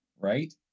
right